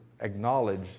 acknowledge